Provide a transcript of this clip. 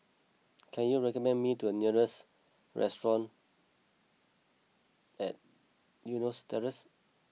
can you recommend me to a nearest restaurant at Eunos Terrace